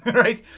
right.